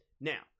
Now